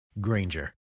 Granger